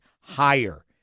higher